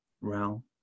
realm